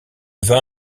vin